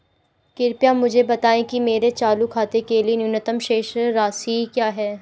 कृपया मुझे बताएं कि मेरे चालू खाते के लिए न्यूनतम शेष राशि क्या है?